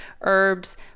herbs